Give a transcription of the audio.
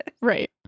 Right